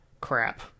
crap